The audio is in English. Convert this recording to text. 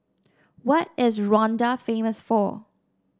what is Rwanda famous for